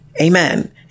Amen